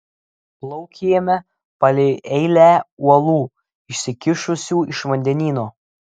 plaukėme palei eilę uolų išsikišusių iš vandenyno